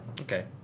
okay